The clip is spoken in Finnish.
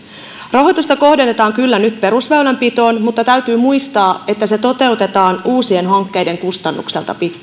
rahoitusta kohdennetaan kyllä nyt perusväylänpitoon mutta täytyy muistaa että se toteutetaan pitkälti uusien hankkeiden kustannuksella